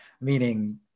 meaning